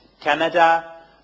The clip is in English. Canada